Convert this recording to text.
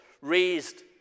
raised